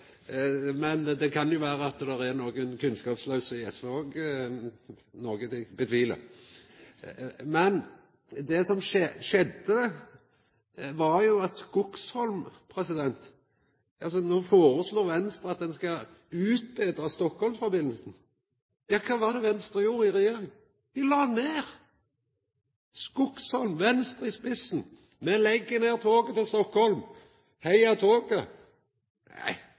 kan jo vera at det er nokre kunnskapslause i SV òg, noko eg tvilar på. No føreslår Venstre at ein skal utbetra Stockholm-sambandet. Ja, kva var det Venstre gjorde i regjering? Dei la ned – Venstre med Skogsholm i spissen – toget til Stockholm, heia toget!